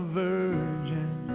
virgin